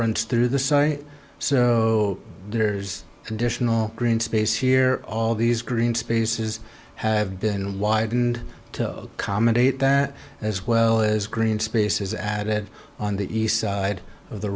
runs through the site so there's additional green space here all these green spaces have been widened to commentate that as well as green spaces added on the east side of the